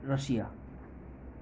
Russia